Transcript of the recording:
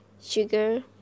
sugar